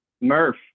Murph